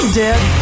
dead